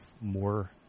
more